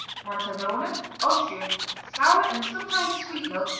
montavoner austria sour and sometimes sweet milk,